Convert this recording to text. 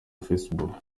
facebook